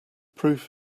proof